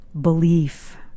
belief